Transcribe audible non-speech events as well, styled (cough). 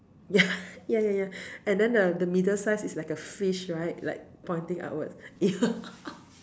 ya (laughs) ya ya ya and then the middle size is like a fish right like pointing upwards ya (laughs)